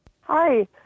Hi